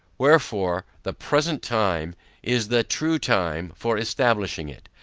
wherefore, the present time is the true time for establishing it.